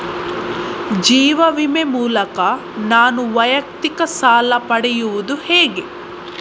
ಜೀವ ವಿಮೆ ಮೂಲಕ ನಾನು ವೈಯಕ್ತಿಕ ಸಾಲ ಪಡೆಯುದು ಹೇಗೆ?